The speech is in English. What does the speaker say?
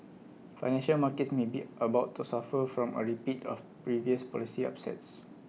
financial markets may be about to suffer from A repeat of previous policy upsets